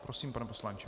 Prosím, pane poslanče.